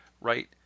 right